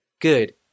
Good